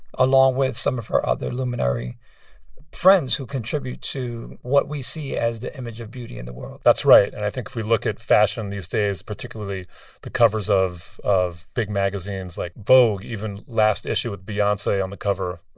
along with some of her other luminary friends who contribute to what we see as the image of beauty in the world that's right, and i think if we look at fashion these days, particularly the covers of of big magazines like vogue, even last issue with beyonce on the cover,